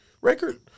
record